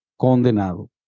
condenado